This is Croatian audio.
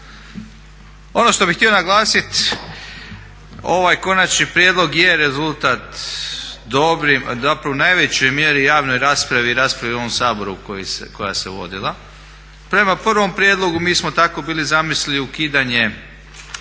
ono što bi htio naglasit ovaj konačni prijedlog je rezultat dobrim zapravo u najvećoj mjeri javnoj raspravi i raspravi u ovom Saboru koja se vodila. Prema prvom prijedlogu mi smo tako bili zamislili ukidanje